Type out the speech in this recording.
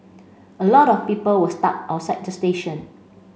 a lot of people were stuck outside the station